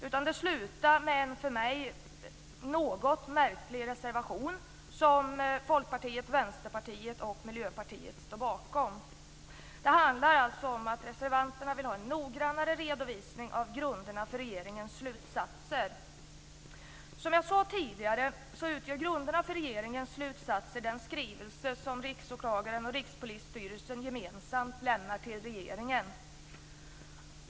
Utan det slutade med en för mig något märklig reservation som Folkpartiet, Vänsterpartiet och Miljöpartiet står bakom. Det handlar alltså om att reservanterna vill ha en noggrannare redovisning av grunderna för regeringens slutsatser. Som jag sade tidigare utgör grunderna för regeringens slutsatser den skrivelse som Riksåklagaren och Rikspolisstyrelsens gemensamt lämnar till regeringen.